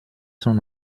son